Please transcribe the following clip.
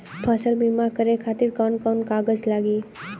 फसल बीमा करे खातिर कवन कवन कागज लागी?